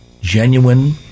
genuine